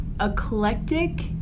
eclectic